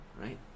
right